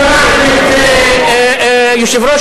שמעתם את יושב-ראש